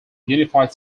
unified